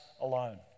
alone